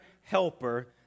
helper